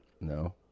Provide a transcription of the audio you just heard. No